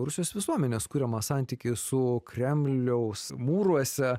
rusijos visuomenės kuriamą santykį su kremliaus mūruose